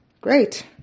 Great